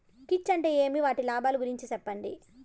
కీచ్ అంటే ఏమి? వాటి లాభాలు గురించి సెప్పండి?